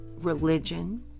religion